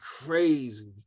crazy